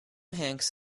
hanks